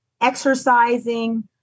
exercising